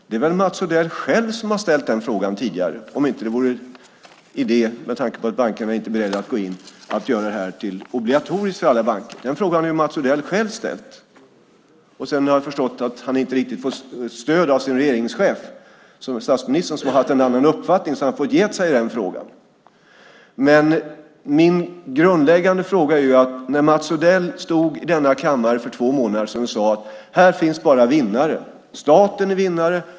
Det är väl Mats Odell själv som har ställt den frågan tidigare, om det inte vore idé, med tanke på att bankerna inte är beredda att gå in, att göra det obligatoriskt för alla banker. Den frågan har Mats Odell själv ställt. Sedan har jag förstått att han inte riktigt fått stöd av sin regeringschef statsministern, som har haft en annan uppfattning, så han har fått ge sig i den frågan. Min grundläggande fråga handlar om att Mats Odell stod i denna kammare för två månader sedan och sade: Här finns bara vinnare. Staten är vinnare.